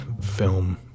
film